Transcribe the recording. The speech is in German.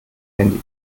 handys